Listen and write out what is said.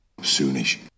soonish